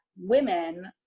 women